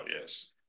yes